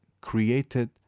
created